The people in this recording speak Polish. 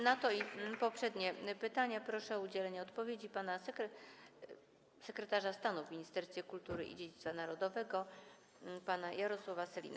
Na to i poprzednie pytania proszę o udzielenie odpowiedzi sekretarza stanu w Ministerstwie Kultury i Dziedzictwa Narodowego pana Jarosława Sellina.